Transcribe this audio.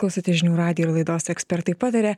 klausote žinių radijo ir laidos ekspertai pataria